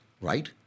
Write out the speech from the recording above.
right